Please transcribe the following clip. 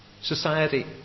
Society